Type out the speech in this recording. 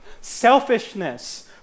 selfishness